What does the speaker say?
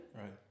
Right